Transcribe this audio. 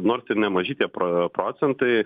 nors ir nemaži tie pro procentai